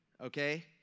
okay